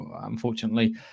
unfortunately